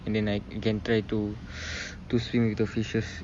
and then I can try to to swim with the fishes